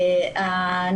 בבקשה.